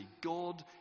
God